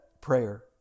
prayer